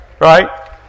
right